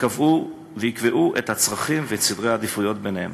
שיקבעו את הצרכים ואת סדרי העדיפויות ביניהם.